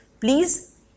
please